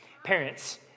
Parents